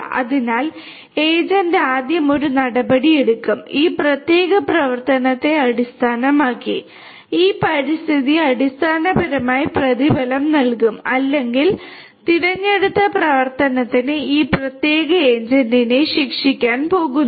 അതിനാൽ ഏജന്റ് ആദ്യം ഒരു നടപടി എടുക്കും ഈ പ്രത്യേക പ്രവർത്തനത്തെ അടിസ്ഥാനമാക്കി ഈ പരിസ്ഥിതി അടിസ്ഥാനപരമായി പ്രതിഫലം നൽകും അല്ലെങ്കിൽ തിരഞ്ഞെടുത്ത പ്രവർത്തനത്തിന് ഈ പ്രത്യേക ഏജന്റിനെ ശിക്ഷിക്കാൻ പോകുന്നു